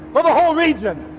for the whole region,